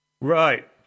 right